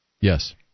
Yes